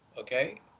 okay